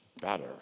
better